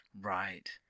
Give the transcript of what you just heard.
Right